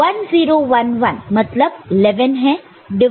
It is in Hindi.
1 0 1 1 मतलब 11 है